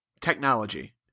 technology